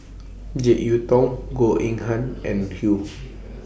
Jek Yeun Thong Goh Eng Han and Hsu